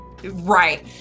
Right